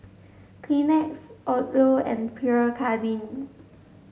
Lleenex Odlo and Pierre Cardin